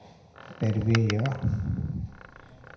परबे यए